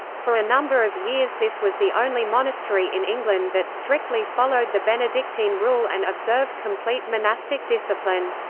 for a number of years this was the only monastery in england that strictly followed the benedictine rule and observed complete monastic discipline.